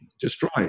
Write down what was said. destroyed